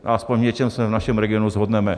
Aspoň v něčem se v našem regionu shodneme.